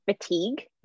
fatigue